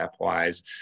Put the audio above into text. stepwise